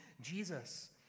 Jesus